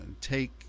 take